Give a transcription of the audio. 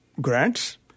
grants